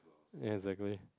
yes exactly